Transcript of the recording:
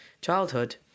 childhood